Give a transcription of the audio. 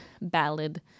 ballad